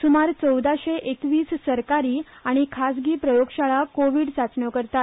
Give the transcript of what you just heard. स्मार चवदाशें एकवीस सरकारी आनी खासगी प्रयोगशाळा कोव्हीड चाचण्यो करतात